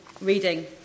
reading